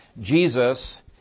Jesus